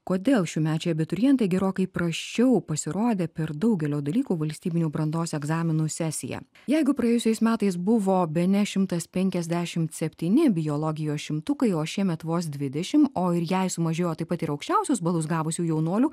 kodėl šiųmečiai abiturientai gerokai prasčiau pasirodė per daugelio dalykų valstybinių brandos egzaminų sesiją jeigu praėjusiais metais buvo bene šimtas penkiasdešimt septyni biologijos šimtukai o šiemet vos dvidešim o ir jei sumažėjo taip pat ir aukščiausius balus gavusių jaunuolių